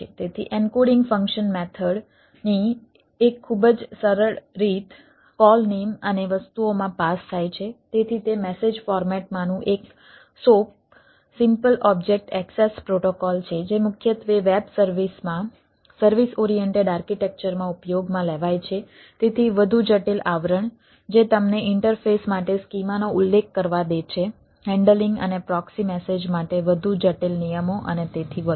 તેથી encoding function method message માટે વધુ જટિલ નિયમો અને તેથી વધુ